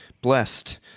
blessed